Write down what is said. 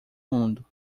mundo